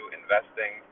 investing